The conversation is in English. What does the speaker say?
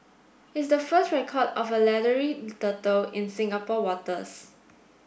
it's the first record of a leathery turtle in Singapore waters